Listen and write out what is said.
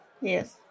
Yes